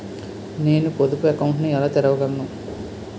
నేను పొదుపు అకౌంట్ను ఎలా తెరవగలను?